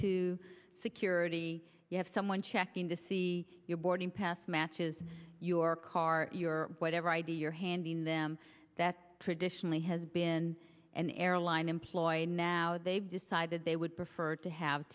to security you have someone checking to see your boarding pass matches your car your whatever id you're handing them that traditionally has been an airline employee now they've decided they would prefer to have